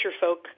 folk